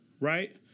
right